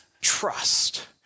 trust